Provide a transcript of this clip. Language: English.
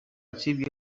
achieve